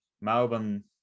Melbourne